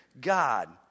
God